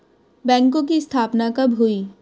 बैंकों की स्थापना कब हुई?